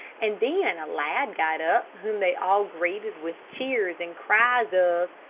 and then a lad got up whom they all greeted with cheers, and cries of,